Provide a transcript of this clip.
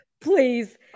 please